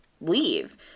leave